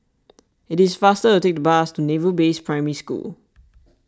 it is faster to take the bus to Naval Base Primary School